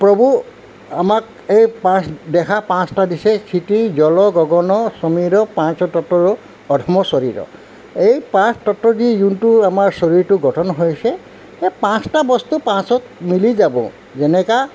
প্ৰভু আমাক এই পাঁচ দেহা পাঁচটা দিছে জল গগন চমীৰ পাঁচ তত্বৰ অধম শৰীৰ এই পাঁচ তত্ব দি যোনটো আমাৰ শৰীৰটো গঠন হৈছে সেই পাঁচটা বস্তু পাছত মিলি যাব যেনেকৈ